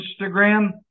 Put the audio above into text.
Instagram